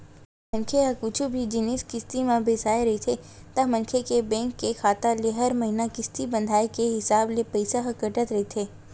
मनखे ह कुछु भी जिनिस किस्ती म बिसाय रहिथे ता मनखे के बेंक के खाता ले हर महिना किस्ती बंधाय के हिसाब ले पइसा ह कटत रहिथे